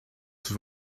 zur